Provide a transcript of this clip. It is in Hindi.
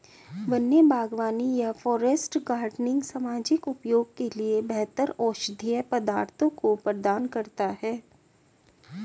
वन्य बागवानी या फॉरेस्ट गार्डनिंग सामाजिक उपयोग के लिए बेहतर औषधीय पदार्थों को प्रदान करता है